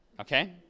okay